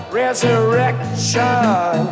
resurrection